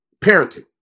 parenting